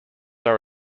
are